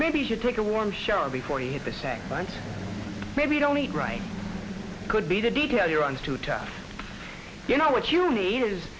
maybe you should take a warm shower before you hit the sack but maybe don't eat right could be the detail you're on too tough you know what you need is